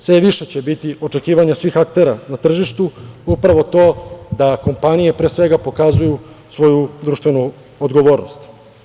Sve više će biti očekivanja svih aktera na tržištu, upravo to da kompanije, pre svega pokazuju svoju društvenu odgovornost.